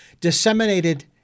disseminated